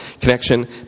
connection